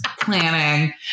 planning